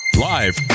live